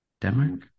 Denmark